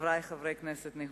חברי חברי הכנסת הנכבדים,